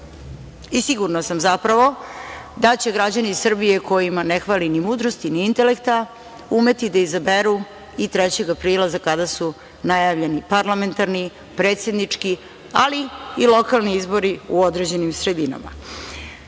i sigurna sam zapravo, da će građani Srbije kojima ne fali ni mudrosti ni intelekta umeti da izaberu i 3. aprila, za kada su najavljeni parlamentarni, predsednički, ali i lokalni izbori u određenim sredinama. Najgore